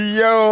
yo